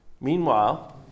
Meanwhile